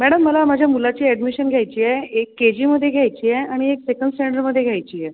madam मला माझ्या मुलाची ॲडमिशन घ्यायची आहे एक के जीमध्ये घ्यायची आहे आणि एक सेकंड स्टँडर्डमध्ये घ्यायची आहे